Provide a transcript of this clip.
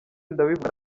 ndabivuga